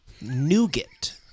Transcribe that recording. nougat